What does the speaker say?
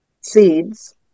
seeds